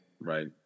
Right